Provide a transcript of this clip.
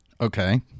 Okay